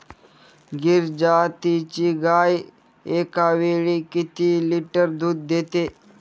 गीर जातीची गाय एकावेळी किती लिटर दूध देते?